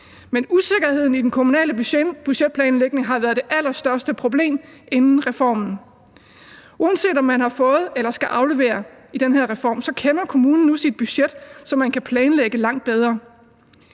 men usikkerheden i den kommunale budgetplanlægning har været det allerstørste problem inden reformen. Uanset om man har fået eller skal aflevere i den her reform, så kender kommunen nu sit budget, så man kan planlægge langt bedre.